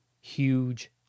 huge